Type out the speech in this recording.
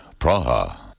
Praha